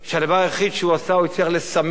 הוא הצליח לסמא את עיני כולנו.